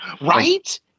Right